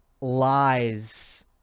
lies